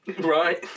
Right